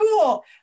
cool